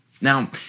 Now